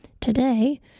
Today